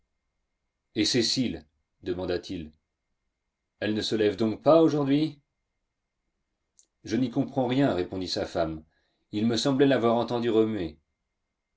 et cécile demanda-t-il elle ne se lève donc pas aujourd'hui je n'y comprends rien répondit sa femme il me semblait l'avoir entendue remuer